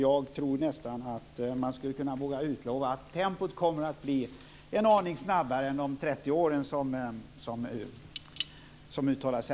Jag tror nästan att jag vågar utlova att tempot kommer att bli en aning högre än att det ska ta 30 år, som här har uttalats.